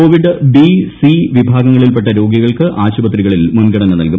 Covid B C വിഭാഗങ്ങളിൽപ്പെട്ട രോഗികൾക്ക് ആശുപത്രികളിൽ മുൻഗണന നൽകും